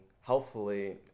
healthfully